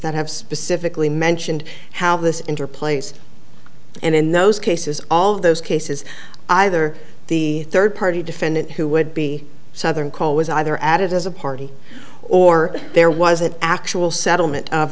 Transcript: that have specifically mentioned how this into place and in those cases all of those cases either the third party defendant who would be southern call was either added as a party or there was an actual settlement of